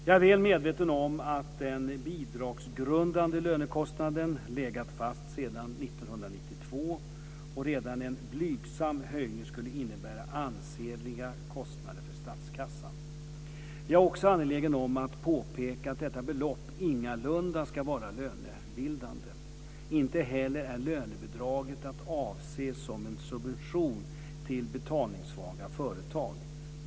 Jag är väl medveten om att den bidragsgrundande lönekostnaden legat fast sedan 1992. Redan en blygsam höjning skulle innebära ansenliga kostnader för statskassan. Jag är också angelägen om att påpeka att detta belopp ingalunda ska vara lönebildande. Inte heller är lönebidraget att se som en subvention till betalningssvaga företag.